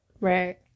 Right